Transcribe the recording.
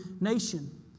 nation